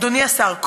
אדוני השר,